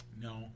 No